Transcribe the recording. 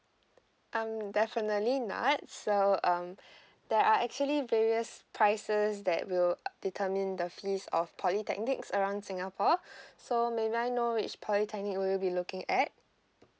um definitely not so um there are actually various prices that will determine the fees of polytechnics around singapore so may I know which polytechnic will you be looking at